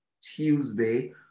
Tuesday